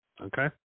Okay